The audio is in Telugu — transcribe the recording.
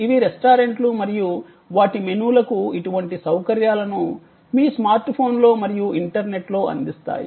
ఇవి రెస్టారెంట్లు మరియు వాటి మెనూలకు ఇటువంటి సౌకర్యాలను మీ స్మార్ట్ఫోన్లో మరియు ఇంటర్నెట్లో అందిస్తాయి